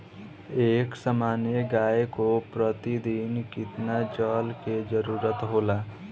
एक सामान्य गाय को प्रतिदिन कितना जल के जरुरत होला?